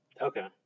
Okay